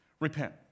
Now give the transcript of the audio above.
repent